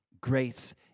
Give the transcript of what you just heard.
Grace